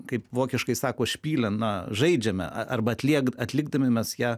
kaip vokiškai sako špielen žaidžiame arba atlieka atlikdami mes ją